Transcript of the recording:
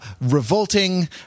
revolting